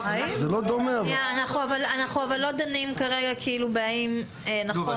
אנחנו לא דנים כרגע האם נכון או לא נכון.